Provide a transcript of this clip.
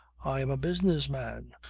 i am a business man.